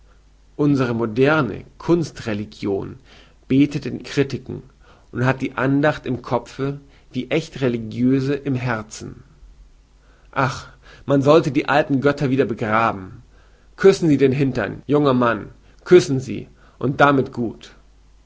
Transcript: unsere moderne kunstreligion betet in kritiken und hat die andacht im kopfe wie ächt religiöse im herzen ach man soll die alten götter wieder begraben küssen sie den hintern junger mann küssen sie und damit gut